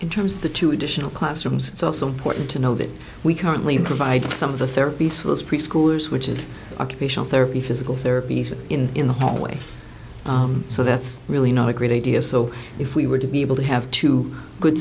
in terms of the two additional classrooms it's also important to know that we currently provide some of the therapies for those preschoolers which is occupational therapy physical therapy in the hallway so that's really not a great idea so if we were to be able to have two good